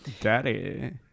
daddy